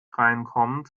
reinkommt